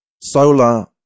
solar